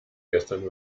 gestern